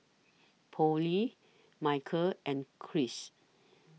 Pollie Michel and Chris